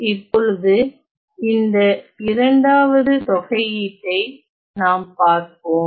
இப்பொழுது இந்த இரண்டாவது தொகையீட்டை நாம் பார்ப்போம்